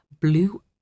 blue